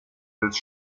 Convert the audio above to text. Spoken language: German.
des